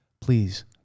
please